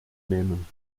nehmen